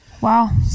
wow